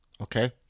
Okay